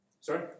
Sorry